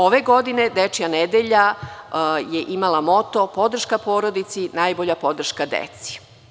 Ove godine, Dečija nedelja je imala moto – Podrška porodici, najbolja podrška deci.